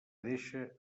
deixa